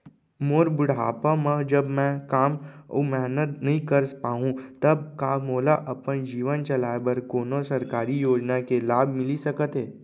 मोर बुढ़ापा मा जब मैं काम अऊ मेहनत नई कर पाहू तब का मोला अपन जीवन चलाए बर कोनो सरकारी योजना के लाभ मिलिस सकत हे?